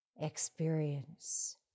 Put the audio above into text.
experience